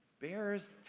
bears